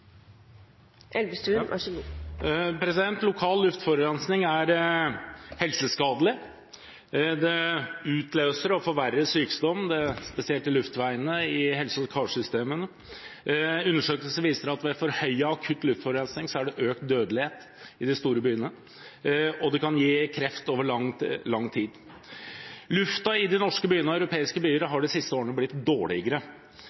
helseskadelig. Det utløser og forverrer sykdom, spesielt i luftveiene og i hjerte- og karsystemene. Undersøkelser viser at ved høy akutt luftforurensning er det økt dødelighet i de store byene, og det kan over lang tid gi kreft. Luften i de norske byene og i europeiske byer